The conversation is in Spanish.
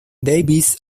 davis